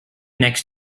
next